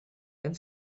and